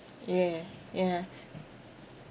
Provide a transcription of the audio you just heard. ye~ yeah